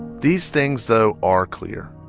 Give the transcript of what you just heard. these things, though, are clear.